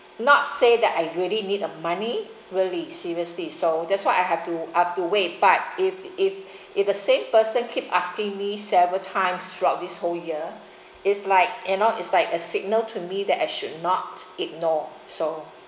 not say that I really need the money really seriously so that's why I have to I have to wait but if if if the same person keep asking me several times throughout this whole year it's like you know it's like a signal to me that I should not ignore so